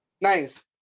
Nice